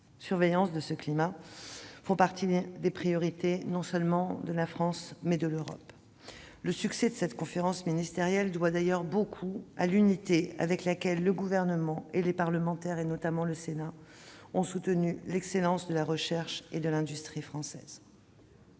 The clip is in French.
surveillance du climat font partie des priorités, non seulement de la France, mais aussi de l'Europe. Le succès de cette conférence ministérielle doit d'ailleurs beaucoup à l'unité dont ont fait preuve le Gouvernement et les parlementaires, notamment les sénateurs, pour soutenir l'excellence de la recherche et de l'industrie françaises.